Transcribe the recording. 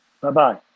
Bye-bye